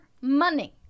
money